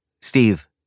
Steve